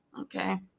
Okay